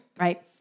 Right